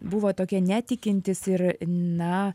buvo tokie netikintys ir na